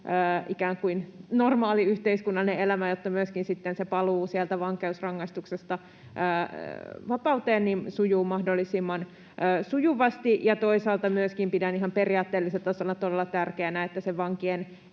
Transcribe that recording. ikään kuin normaali yhteiskunnallinen elämä, jotta myöskin sitten se paluu sieltä vankeusrangaistuksesta vapauteen sujuu mahdollisimman sujuvasti. Ja toisaalta myöskin pidän ihan periaatteellisella tasolla todella tärkeänä, että se vankien